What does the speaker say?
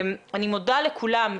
אני מודה לכולם,